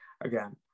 again